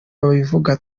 babivuga